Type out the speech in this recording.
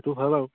সেইটো হয় বাৰু